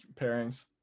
pairings